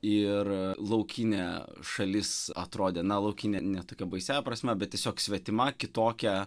ir laukinė šalis atrodė laukinė ne tokia baisiąja prasme bet tiesiog svetima kitokia